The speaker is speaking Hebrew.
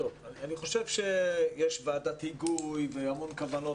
אני חושב שיש ועדת היגוי והמון כוונות